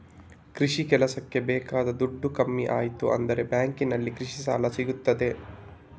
ಕೃಷಿ ಕೆಲಸಕ್ಕೆ ಬೇಕಾದ ದುಡ್ಡು ಕಮ್ಮಿ ಆಯ್ತು ಅಂದ್ರೆ ಬ್ಯಾಂಕಿನಲ್ಲಿ ಕೃಷಿ ಸಾಲ ಸಿಗ್ತದೆ